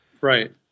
Right